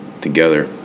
together